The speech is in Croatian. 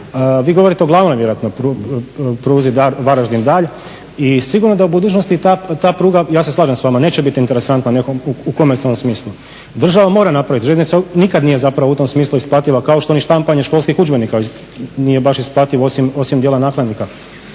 Vi govorite o glavnoj vjerojatno pruzi Varaždin-Dalj i sigurno da u budućnosti ta pruga, ja se slažem s vama, neće biti interesantna nekome u komercijalnom smislu. Država mora napraviti, željeznica nikad u tom smislu isplativa kao što ni štampanje školskih udžbenika nije baš isplativo osim djela nakladnika.